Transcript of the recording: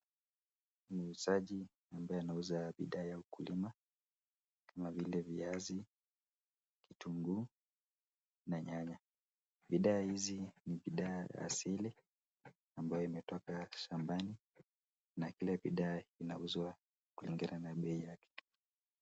Muuzaji ambaye anauza bidhaa ya ukulima kama vile viazi, kitunguu na nyanya. Bidhaa hizi ni bidhaa asili ambayo imetoka shambani na kila bidhaa inauzwa kulingana na bei yake.